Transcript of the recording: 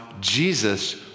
Jesus